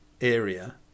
area